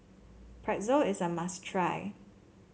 pretzel is a must try